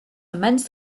amends